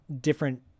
different